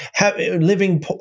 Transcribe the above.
living